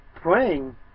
praying